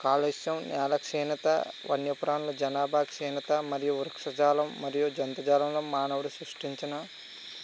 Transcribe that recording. కాలుష్యం క్షీణత వన్యప్రాణుల జనాభా క్షీణత మరియు వృక్షజాలం మరియు జంతుజాలంలో మానవుడు సృష్టించిన